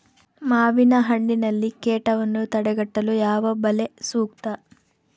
ಮಾವಿನಹಣ್ಣಿನಲ್ಲಿ ಕೇಟವನ್ನು ತಡೆಗಟ್ಟಲು ಯಾವ ಬಲೆ ಸೂಕ್ತ?